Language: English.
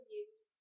use